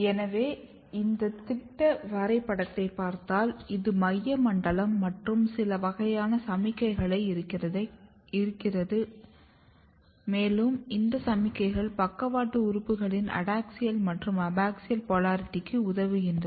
எனவே இந்த திட்ட வரைபடத்தைப் பார்த்தால் இது மைய மண்டலம் மற்றும் சில வகையான சமிக்ஞைகள் இங்கிருந்து வருகின்றன மேலும் இந்த சமிக்ஞைகள் பக்கவாட்டு உறுப்புகளின் அடாக்ஸியல் மற்றும் அபாக்ஸியல் போல்சரிட்டிக்கு உதவுகின்றன